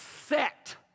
set